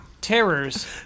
terrors